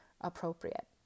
appropriate